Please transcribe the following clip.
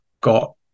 got